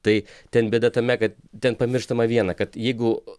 tai ten bėda tame kad ten pamirštama viena kad jeigu